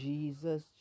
Jesus